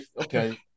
Okay